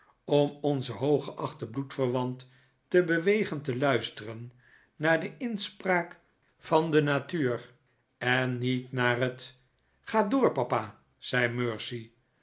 om onzen hooggeachten bloedverwant te bewegen te luisteren naar de inspraak van de natuur en niet naar het t ga door papa zei mercy